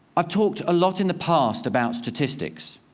i talked a lot in the past about statistics,